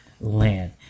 land